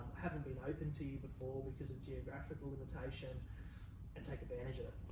haven't been open to you before because of geographical limitation and take advantage of